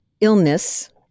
illness